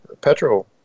petrol